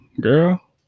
Girl